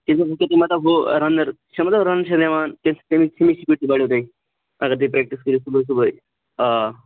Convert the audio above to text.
یہِ گوٚو سُہ چیٖز مطلب ہُہ راینر چھا نا مطلب رَن چھُ نِوان سُپیٖڈ ٹھیٖک چھِ تہٕ بَڈیو بیٚیہِ اگر تُہۍ پریکٹٕس کٔرِو صُبحے صُبحے آ